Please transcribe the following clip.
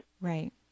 Right